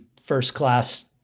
first-class